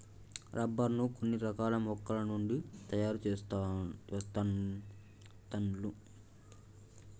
rubber ను కొన్ని రకాల మొక్కల నుండి తాయారు చెస్తాండ్లు